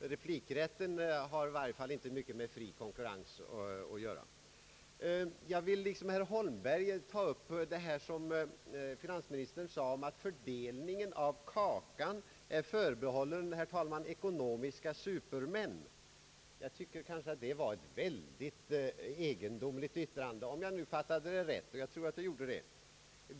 Replikrätten har i varje fall inte mycket med fri konkurrens att göra. Jag vill liksom herr Holmberg anknyta till vad finansministern sade om att fördelningen av kakan är förbehållen, herr talman, ekonomiska supermän. Jag tycker att det var ett väldigt egendomligt yttrande, om jag nu fattade det rätt, och det tror jag att jag gjorde.